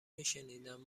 میشنیدم